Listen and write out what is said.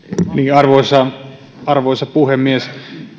arvoisa arvoisa puhemies